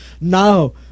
Now